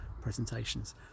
presentations